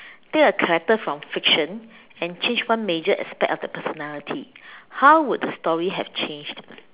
take a character from fiction and change one major aspect of the personality how would the story have changed